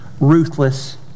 ruthless